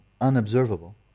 unobservable